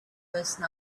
person